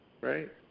right